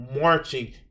marching